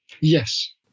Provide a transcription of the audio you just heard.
Yes